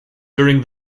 during